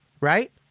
Right